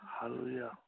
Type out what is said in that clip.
Hallelujah